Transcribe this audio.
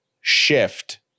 shift